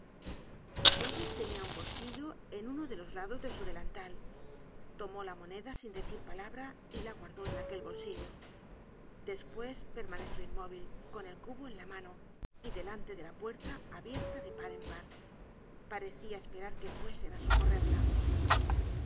tenia un bolsillo en uno de los lados de su delantal tomó la moneda sin decir palabra y la guardó en aquel bolsillo despues permaneció inmóvil con el cubo en la mano y delante de la puerta abierta de par en par parecia esperar que fuesen á socorrerla